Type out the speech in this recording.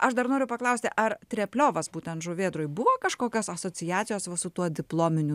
aš dar noriu paklausti ar trepliovas būtent žuvėdroj buvo kažkokios asociacijos su tuo diplominiu